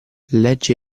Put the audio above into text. legge